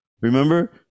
remember